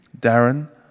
Darren